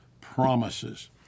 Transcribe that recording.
Promises